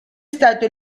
stato